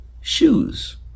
shoes